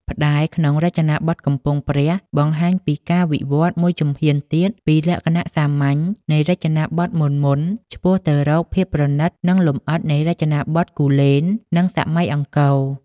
ផ្តែរក្នុងរចនាបថកំពង់ព្រះ បង្ហាញពីការវិវត្តន៍មួយជំហានទៀតពីលក្ខណៈសាមញ្ញនៃរចនាបថមុនៗ ឆ្ពោះទៅរកភាពប្រណិត និងលម្អិតនៃរចនាបថគូលែន និងសម័យអង្គរ។